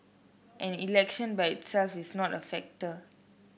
and election by itself is not a factor